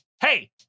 hey